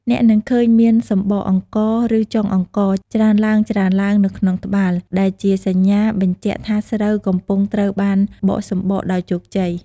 អ្នកនឹងឃើញមានសម្បកអង្ករ (ឬចុងអង្ករ) ច្រើនឡើងៗនៅក្នុងត្បាល់ ដែលជាសញ្ញាបញ្ជាក់ថាស្រូវកំពុងត្រូវបានបកសម្បកដោយជោគជ័យ។